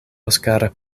oskar